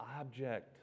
object